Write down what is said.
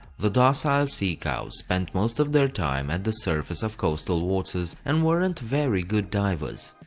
the docile sea cows spent most of their time at the surface of coastal waters and weren't very good divers.